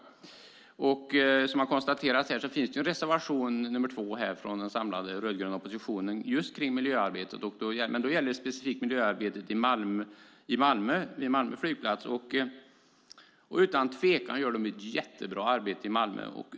Det finns en reservation från den samlade rödgröna oppositionen om miljöarbetet. Det gäller specifikt miljöarbetet på Malmö flygplats. Där gör man utan tvekan ett jättebra arbete.